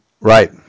right